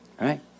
Right